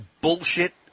Bullshit